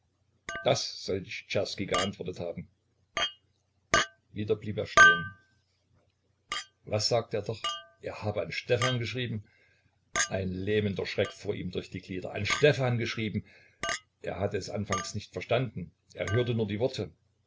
das sollt ich czerski geantwortet haben wieder blieb er stehen was sagte er doch er habe an stefan geschrieben ein lähmender schreck fuhr ihm durch die glieder an stefan geschrieben er hatte es anfangs nicht verstanden er hörte nur die worte